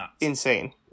insane